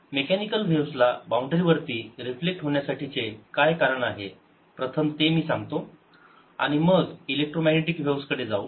mechanical waves ला boundary वरती reflect होण्यासाठी चे काय कारण आहे प्रथम ते मी सांगतो आणि मग इलेक्ट्रोमॅग्नेटिक व्हेव्स कडे जाऊ